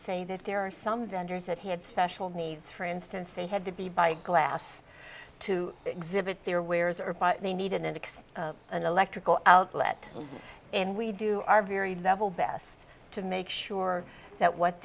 say that there are some vendors that he had special needs for instance they had to be by glass to exhibit here where they need an index an electrical outlet and we do our very best to make sure that what